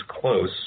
close